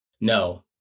No